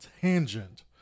tangent